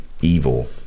evil